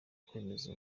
kwemeza